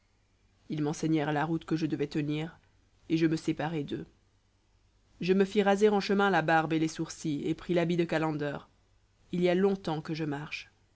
ils m'enseignèrent la route que je devais tenir et je me séparai d'eux je me fis raser en chemin la barbe et les sourcils et pris l'habit de calender il y a longtemps que je marche